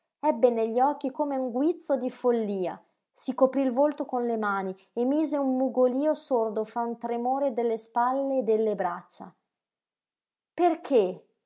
ebbe negli occhi come un guizzo di follia si coprí il volto con le mani emise un mugolío sordo fra un tremore delle spalle e delle braccia perché